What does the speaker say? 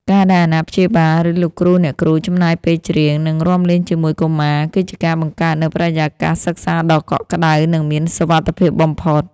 ការដែលអាណាព្យាបាល ឬលោកគ្រូអ្នកគ្រូ ចំណាយពេលច្រៀង និងរាំលេងជាមួយកុមារ គឺជាការបង្កើតនូវបរិយាកាសសិក្សាដ៏កក់ក្តៅ និងមានសុវត្ថិភាពបំផុត